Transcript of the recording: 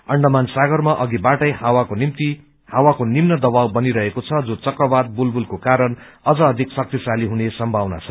अण्डमान सागरमा अघिबाटै हावाको निम्न दबाव बनिरहेको छ जो चक्रवात बुलबुलको कारण अझ अधिक शक्तिशाली हुने सम्भावना छ